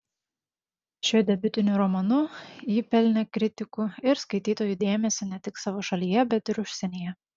šiuo debiutiniu romanu ji pelnė kritikų ir skaitytojų dėmesį ne tik savo šalyje bet ir užsienyje